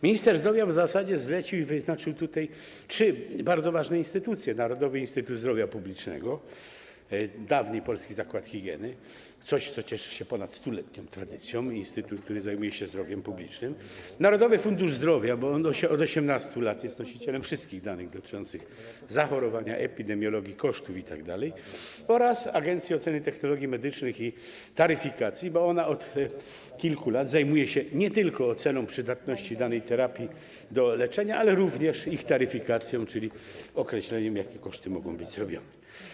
Minister zdrowia w zasadzie zlecił, wyznaczył tutaj trzy bardzo ważne instytucje: Narodowy Instytut Zdrowia Publicznego, dawny Polski Zakład Higieny, który cieszy się ponad 100-letnią tradycją, instytut, który zajmuje się zdrowiem publicznym, Narodowy Fundusz Zdrowia, bo on od 18 lat jest nosicielem wszystkich danych dotyczących zachorowań, epidemiologii, kosztów itd., oraz Agencję Oceny Technologii Medycznych i Taryfikacji, bo ona od kilku lat zajmuje się nie tylko oceną przydatności danych terapii do leczenia, ale również ich taryfikacją, czyli określeniem, jakie mogą być koszty.